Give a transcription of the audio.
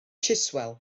chiswell